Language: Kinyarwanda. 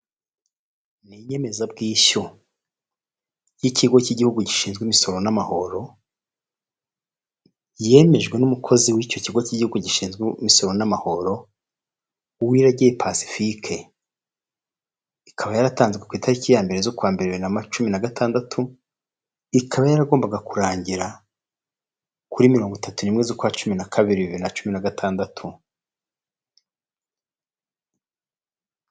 Ni inyemezabwishyu y'ikigo cy'igihugu gishinzwe imisoro n'amahoro, yemejwe n'umukozi w'icyo kigo cy'igihugu gishinzwe imisoro n'amahoro; Uwiragiye Pacifique. Ikaba yaratanzwe ku itariki ya mbere z'ukwa mbere bibiri na cumi na gatandatu, ikaba yaragombaga kurangira kuri mirongo itatu n'imwe z'ukwa cumi na kabiri, bibiri na cumi na gatandatu.